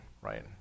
right